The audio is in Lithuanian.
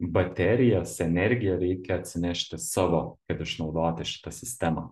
baterijas energiją reikia atsinešti savo kad išnaudoti šitą sistemą